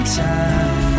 time